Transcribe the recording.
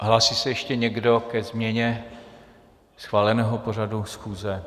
Hlásí se ještě někdo ke změně schváleného pořadu schůze?